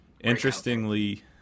Interestingly